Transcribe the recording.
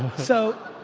so,